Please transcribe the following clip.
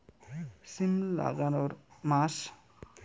সিম লাগানোর মাস?